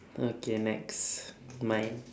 okay next mine